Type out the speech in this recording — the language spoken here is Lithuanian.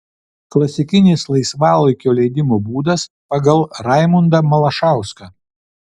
klasikinis laisvalaikio leidimo būdas pagal raimundą malašauską